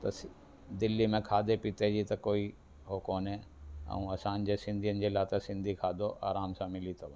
त दिल्ली में खाधे पीते जी त कोई हो कोन्हे ऐं असांजे सिंधीयुनि जे लाइ त सिंधी खाधो आराम सां मिली थो वञे